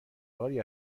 باری